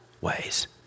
ways